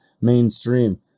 mainstream